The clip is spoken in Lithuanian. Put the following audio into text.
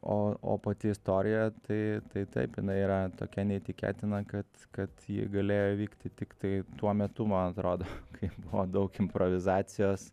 o o pati istorija tai tai taip jinai yra tokia neįtikėtina kad kad ji galėjo įvykti tiktai tuo metu man atrodo kai buvo daug improvizacijos